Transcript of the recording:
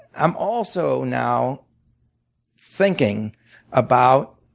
i'm also now thinking about